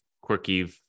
quirky